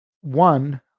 one